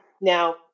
Now